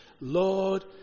Lord